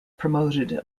promoted